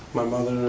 my mother,